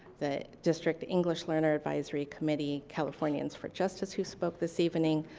the district english learner advisory committee. californians for justice, who spoke this evening.